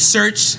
Search